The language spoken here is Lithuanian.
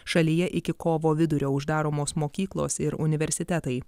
šalyje iki kovo vidurio uždaromos mokyklos ir universitetai